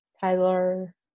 Tyler